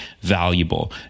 valuable